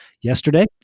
yesterday